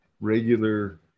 regular